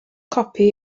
copi